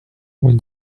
when